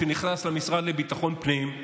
שנכנס למשרד לביטחון פנים,